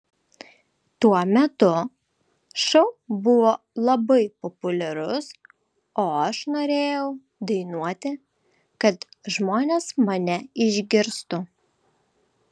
tuo metu šou buvo labai populiarus o aš norėjau dainuoti kad žmonės mane išgirstų